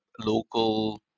local